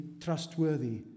trustworthy